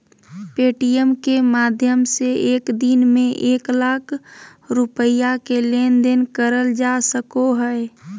Paytm के माध्यम से एक दिन में एक लाख रुपया के लेन देन करल जा सको हय